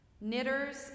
knitters